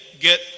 get